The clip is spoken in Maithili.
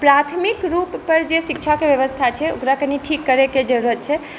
प्राथमिक रुप पर जे शिक्षाकेँ व्यवस्था छै ओकरा कनि ठीक करैके जरुरत छै